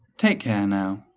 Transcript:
take care now.